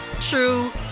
true